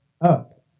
up